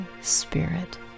spirit